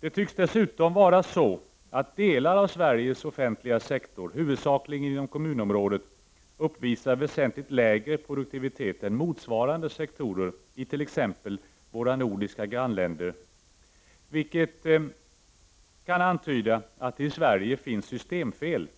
Det tycks dessutom vara så att delar av Sveriges offentliga sektor, huvudsakligen inom kommunområdet, uppvisar väsentligt lägre produktivitet än motsvarande sektorer i t.ex. våra nordiska grannländer, vilket antyder att det i Sverige finns systemfel.